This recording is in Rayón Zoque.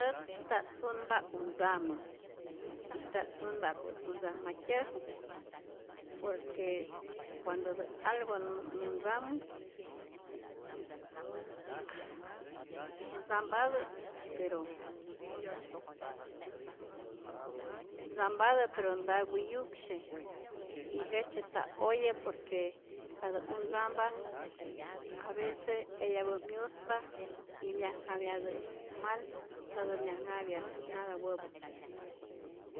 Ät nta't sunpa untzamä y ta't sunpa ja'ku't untzajmatyäju, por que cuandotä a algo nä ntzamu aj ntzampatä pero ntzampatä pero nta wiyuksye y jejtzye nta oye por que ka tä untzampa avece eyapä myuspa y myajnhapyatä mal, ntatä myajnhapya nada wäpä.